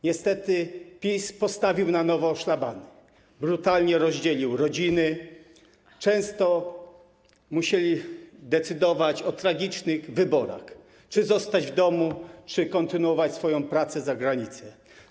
Niestety PiS postawił na nowo szlabany, brutalnie rozdzielił rodziny, często ludzie musieli decydować o tragicznych wyborach: czy zostać w domu, czy kontynuować swoją pracę za granicą.